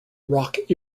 rock